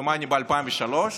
כמדומני ב-2003,